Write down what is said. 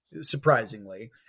surprisingly